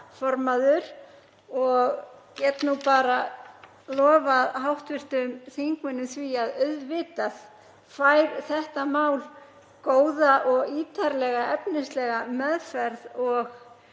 Ég get bara lofað hv. þingmanni því að auðvitað fær þetta mál góða og ítarlega efnislega meðferð og